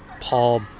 Paul